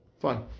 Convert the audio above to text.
Fine